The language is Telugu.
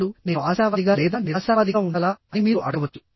ఇప్పుడు నేను ఆశావాదిగా లేదా నిరాశావాదిగా ఉండాలా అని మీరు అడగవచ్చు